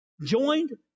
joined